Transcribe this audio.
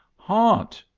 haunt!